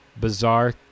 bizarre